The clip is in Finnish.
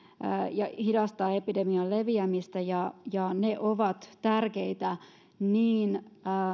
ja hidastaa epidemian leviämistä ja ja ne ovat tärkeitä niin